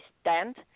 stand